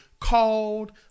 called